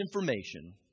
information